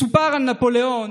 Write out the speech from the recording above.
מסופר על נפוליאון